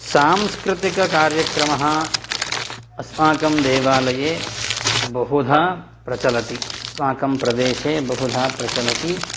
सांस्कृतिककार्यक्रमः अस्माकं देवालये बहुधा प्रचलति अस्माकं प्रदेशे बहुधा प्रचलति